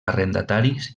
arrendataris